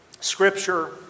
Scripture